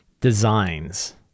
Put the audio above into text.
designs